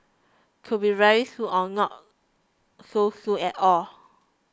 could be very soon or not so soon at all